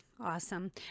Awesome